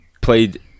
played